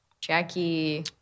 Jackie